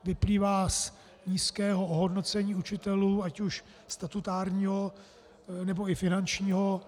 Vyplývá z nízkého ohodnocení učitelů, ať už statutárního, nebo i finančního.